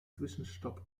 zwischenstopp